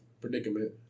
predicament